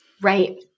Right